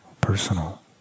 personal